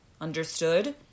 Understood